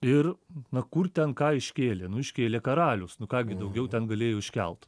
ir na kur ten ką iškėlė nu iškėlė karalius nu ką gi daugiau ten galėjo iškelt